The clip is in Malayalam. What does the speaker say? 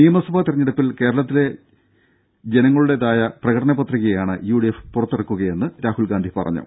നിയമസഭാ തിരഞ്ഞെടുപ്പിൽ കേരളത്തിലെ ജനങ്ങളുടെതായ പ്രകടന പത്രികയാണ് യുഡിഎഫ് പുറത്തിറക്കുകയെന്ന് രാഹുൽ പറഞ്ഞു